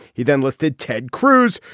he then listed ted cruz,